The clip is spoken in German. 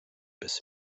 bis